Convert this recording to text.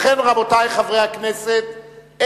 רבותי חברי הכנסת,